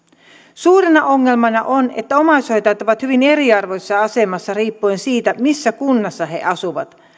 suurena ongelmana on että omaishoitajat ovat hyvin eriarvoisessa asemassa riippuen siitä missä kunnassa he asuvat